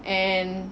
and